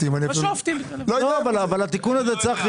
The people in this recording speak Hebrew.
אבל זה מה שאתם עושים כאן.